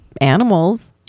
animals